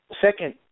second